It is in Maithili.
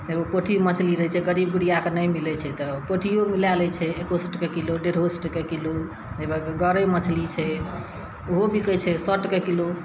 फेर ओ पोठी मछली रहै छै गरीब गुरिया कऽ नहि मिलै छै तऽ पोठियो लए लै छै एको सए टके किलो डेढ़ो सए टके किलो हइबै गड़ै मछली छै ओहो बिकै छै सए टके किलो